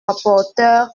rapporteure